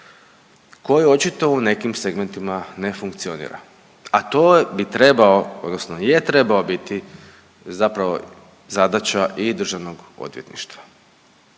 koji očito u nekim segmentima ne funkcionira, a to bi trebao odnosno je trebao biti zapravo zadaća i državnog odvjetništva,